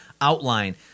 outline